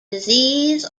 disease